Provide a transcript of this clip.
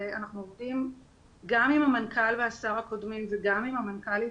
גם עם המנכ"ל והשר הקודמים וגם עם המנכ"לית